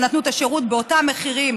שנתנו את השירות באותם המחירים